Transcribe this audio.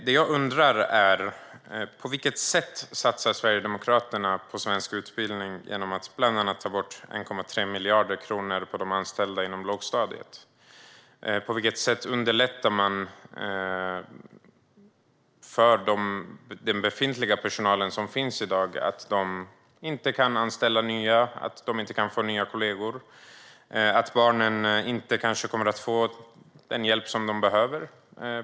Det jag undrar är: På vilket sätt satsar Sverigedemokraterna på svensk utbildning genom att bland annat ta bort 1,3 miljarder från de anställda inom lågstadiet? På vilket sätt underlättar det för den befintliga personalen att man inte kan anställa, att de inte kan få nya kollegor och att barnen kanske inte kommer att få den hjälp de behöver?